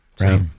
Right